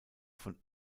von